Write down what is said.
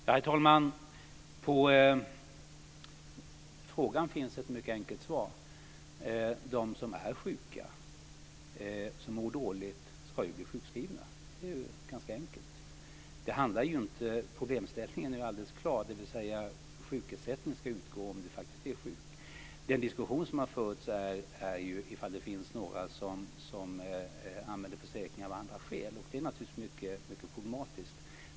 Herr talman! På frågan finns ett mycket enkelt svar: De som är sjuka och mår dåligt ska bli sjukskrivna. Det är ganska enkelt. Problemställningen är ju alldeles klar. Sjukersättning ska utgå om du faktiskt är sjuk. Den diskussion som förts gäller huruvida det finns några som använder försäkringen av andra skäl, och det är naturligtvis mycket problematiskt.